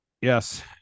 Yes